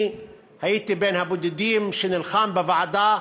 אני הייתי בין הבודדים שנלחמו בוועדה,